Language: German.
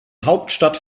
hauptstadt